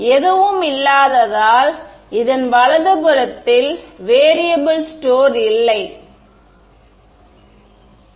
எதுவும் இல்லாததால் இதன் வலதுபுறத்தில் வேரியபெல் ஸ்டோர் இல்லை எல்லை